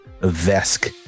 vesk